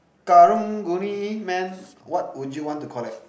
Karang-Guni man what would you want to collect